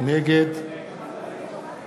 נגד